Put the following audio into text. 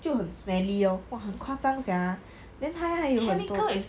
就很 smelly lor !wah! 很夸张 sia then 他还有很多